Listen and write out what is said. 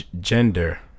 Gender